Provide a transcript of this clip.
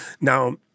Now